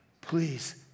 please